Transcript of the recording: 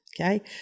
okay